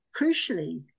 crucially